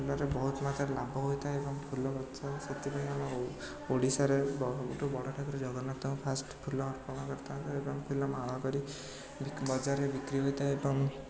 ଫୁଲରେ ବହୁତ ମାତ୍ରାରେ ଲାଭ ହୋଇଥାଏ ଏବଂ ଫୁଲଗଛ ସେଥିପାଇଁ ଆମେ ଓଡ଼ିଶାରେ ସବୁଠାରୁ ବଡ଼ ଠାକୁର ଜଗନ୍ନାଥଙ୍କୁ ଫାଷ୍ଟ୍ ଫୁଲ ଅର୍ପଣ କରିଥାନ୍ତି ଏବଂ ଫୁଲମାଳ କରି ବିକି ବଜାରରେ ବିକ୍ରି ହୋଇଥାଏ ଏବଂ